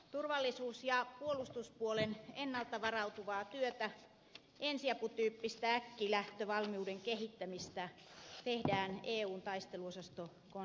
turvallisuus ja puolustuspuolen ennalta varautuvaa työtä ensiaputyyppistä äkkilähtövalmiuden kehittämistä tehdään eun taisteluosastokonseptissa